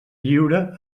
lliure